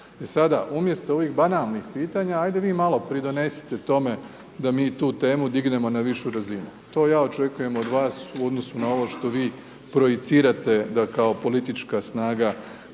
sada umjesto ovih banalnih pitanja, ajde vi malo pridonesete tome, da mi tu temu dignemo na višu razinu, to ja očekujem od vas, u odnosu na ovo što vi projicirate, da kao politička snaga,